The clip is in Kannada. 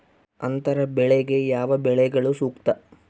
ಅಂತರ ಬೆಳೆಗೆ ಯಾವ ಬೆಳೆಗಳು ಸೂಕ್ತ?